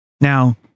Now